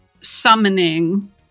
summoning